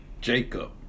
Jacob